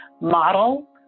model